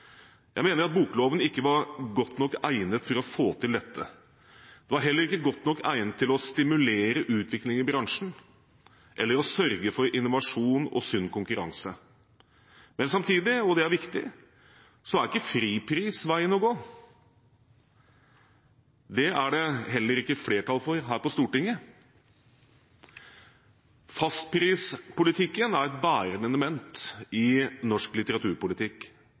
Jeg mener at bokloven ikke var godt nok egnet for å få til dette. Den var heller ikke godt nok egnet til å stimulere utviklingen i bransjen eller å sørge for innovasjon og sunn konkurranse. Men samtidig – og det er viktig – er ikke fripris veien å gå. Det er det heller ikke flertall for her på Stortinget. Fastprispolitikken er et bærende element i norsk litteraturpolitikk.